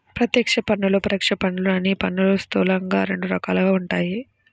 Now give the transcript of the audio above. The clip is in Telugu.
ప్రత్యక్ష పన్నులు, పరోక్ష పన్నులు అని పన్నులు స్థూలంగా రెండు రకాలుగా ఉంటాయి